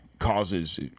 Causes